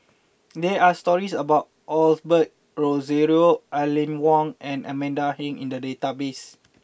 there are stories about Osbert Rozario Aline Wong and Amanda Heng in the database